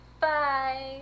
Bye